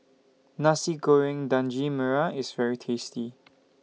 Nasi Goreng Daging Merah IS very tasty